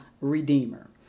redeemer